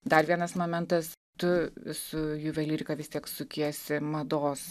dar vienas momentas tu su juvelyrika vis tiek sukiesi mados